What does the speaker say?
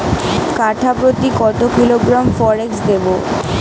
কাঠাপ্রতি কত কিলোগ্রাম ফরেক্স দেবো?